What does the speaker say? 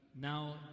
Now